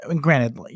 Granted